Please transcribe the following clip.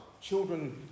children